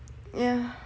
yah